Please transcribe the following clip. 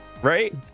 right